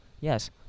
yes